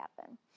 happen